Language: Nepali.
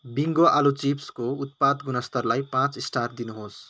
बिङ्गो आलु चिप्सको उत्पाद गुणस्तरलाई पाँच स्टार दिनुहोस्